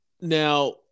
Now